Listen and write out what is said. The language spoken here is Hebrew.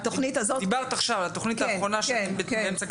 דיברת עכשיו על התוכנית האחרונה שאתם באמצע כתיבתה.